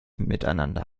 miteinander